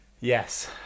Yes